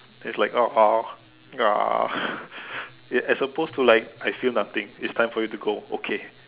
it's like ah ah as opposed to like I feel nothing it's time for you to go okay